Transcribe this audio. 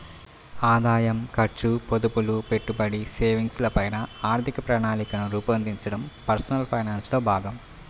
ఆదాయం, ఖర్చు, పొదుపులు, పెట్టుబడి, సేవింగ్స్ ల పైన ఆర్థిక ప్రణాళికను రూపొందించడం పర్సనల్ ఫైనాన్స్ లో భాగం